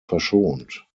verschont